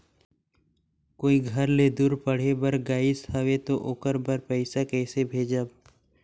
कोई घर ले दूर पढ़े बर गाईस हवे तो ओकर बर पइसा कइसे भेजब?